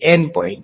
N point